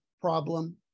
problem